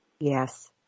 Yes